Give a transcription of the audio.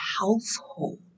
household